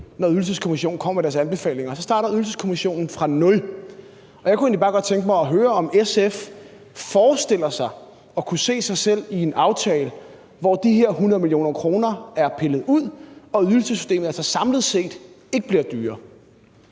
når Ydelseskommissionen kommer med deres anbefalinger. Så starter Ydelseskommissionen fra nul. Jeg kunne egentlig bare godt tænke mig at høre, om SF forestiller sig at kunne se sig selv i en aftale, hvor de her 100 mio. kr. er pillet ud og ydelsessystemet altså samlet set ikke bliver dyrere.